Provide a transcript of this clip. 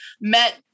met